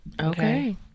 Okay